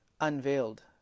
unveiled